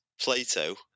Plato